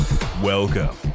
Welcome